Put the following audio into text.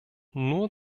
nur